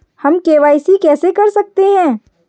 हम के.वाई.सी कैसे कर सकते हैं?